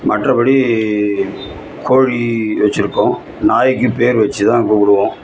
மற்றபடி கோழி வச்சுருக்கோம் நாய்க்குப் பேர் வச்சு தான் கூப்பிடுவோம்